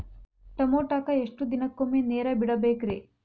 ಟಮೋಟಾಕ ಎಷ್ಟು ದಿನಕ್ಕೊಮ್ಮೆ ನೇರ ಬಿಡಬೇಕ್ರೇ?